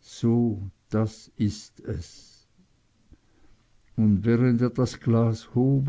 so das ist es und während er das glas hob